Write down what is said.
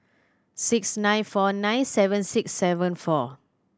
six nine four nine seven six seven four